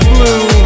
Blue